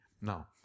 now